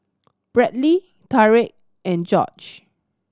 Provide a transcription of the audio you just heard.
Bradley Tarik and Jorge